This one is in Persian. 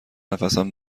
نفسم